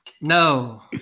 No